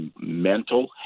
mental